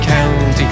County